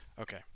Okay